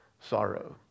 sorrow